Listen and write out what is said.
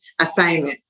assignment